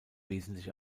wesentlich